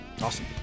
Awesome